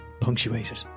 punctuated